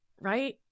right